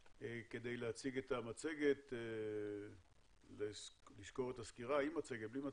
כדי להציג את המצגת ולסקור את הסקירה עם מצגת או בלעדיה,